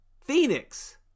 Phoenix